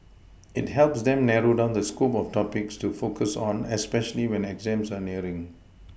it helps them narrow down the scope of topics to focus on especially when exams are nearing